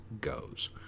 goes